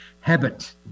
habit